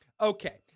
Okay